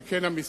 על כן המשרד,